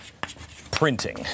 printing